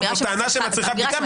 זו טענה שמצריכה בדיקה.